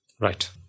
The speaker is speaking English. Right